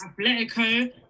Atletico